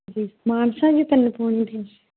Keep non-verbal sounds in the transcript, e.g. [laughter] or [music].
ਜੀ ਸਮਾਨ ਤਾਂ ਨਹੀਂ ਤੁਹਾਨੂੰ [unintelligible]